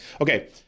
Okay